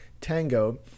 tango